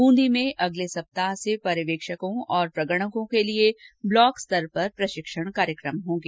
ब्रंदी में अगले सप्ताह से पर्यवेक्षकों और प्रगणकों के लिए ब्लॉक स्तर पर प्रशिक्षण कार्यक्रम होंगे